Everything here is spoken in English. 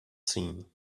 seen